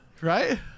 right